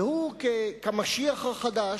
והוא כמשיח החדש,